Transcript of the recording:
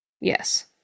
Yes